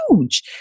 huge